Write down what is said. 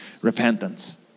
repentance